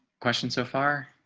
questions so far.